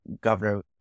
Governor